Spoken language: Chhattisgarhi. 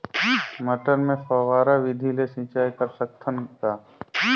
मटर मे फव्वारा विधि ले सिंचाई कर सकत हन का?